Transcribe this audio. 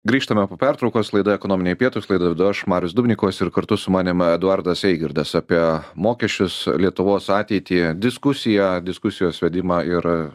grįžtame po pertraukos laida ekonominiai pietūs laidą vedu aš marius dubnikovas ir kartu su manim eduardas eigirdas apie mokesčius lietuvos ateitį diskusiją diskusijos vedimą ir a